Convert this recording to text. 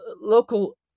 local